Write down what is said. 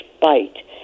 bite